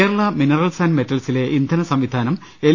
Kerala minerals and മെറ്റൽസിലെ ഇന്ധന സംവിധാനം എൽ